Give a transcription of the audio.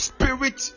Spirit